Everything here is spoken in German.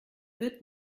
wird